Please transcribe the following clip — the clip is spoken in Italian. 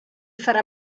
farà